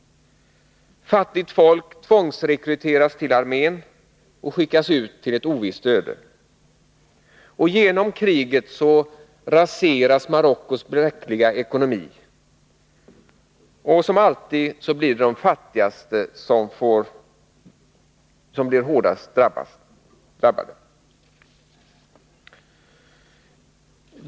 Fattigt folk tvångsrekryteras till armén och skickas ut till ett ovisst öde. Genom kriget raseras Marockos bräckliga ekonomi, och som alltid blir det de fattigaste som drabbas hårdast.